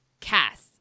cast